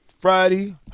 Friday